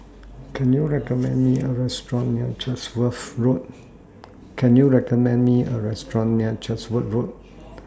Can YOU recommend Me A Restaurant near Chatsworth Road Can YOU recommend Me A Restaurant near Chatsworth Road